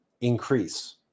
increase